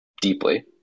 deeply